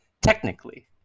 technically